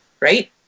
Right